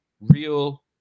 real –